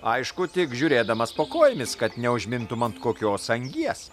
aišku tik žiūrėdamas po kojomis kad neužmintum ant kokios angies